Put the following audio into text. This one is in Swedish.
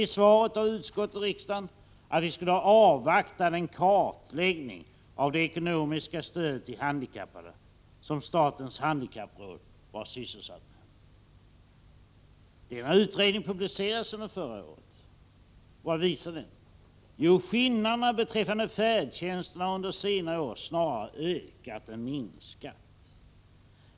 Utskottet och riksdagen ansåg då att vi skulle avvakta den kartläggning av det ekonomiska stödet till handikappade som statens handikappråd var sysselsatt med. Denna utredning publicerades under förra året. Och vad visar den? Jo, skillnaderna beträffande färdtjänsten har under senare år snarare ökat än minskat.